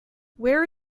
where